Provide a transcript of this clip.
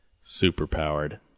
super-powered